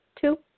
two